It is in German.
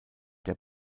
der